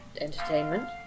entertainment